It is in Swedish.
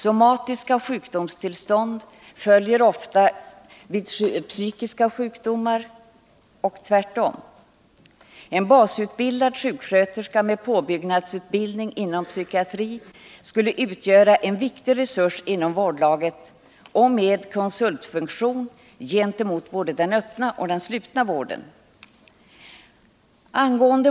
Somatiska sjukdomstillstånd följer ofta vid psykiska sjukdomar och tvärtom. En basutbildad sjuksköterska med påbyggnadsutbildning inom psykiatri skulle utgöra en viktig resurs inom vårdlaget och kunna ha konsultfunktion gentemot både den öppna och den slutna vården.